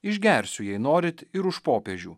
išgersiu jei norit ir už popiežių